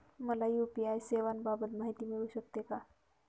मला यू.पी.आय सेवांबाबत माहिती मिळू शकते का?